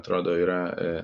atrodo yra